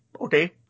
Okay